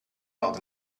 out